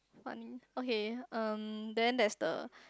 one okay um then there's the